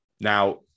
Now